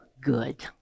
good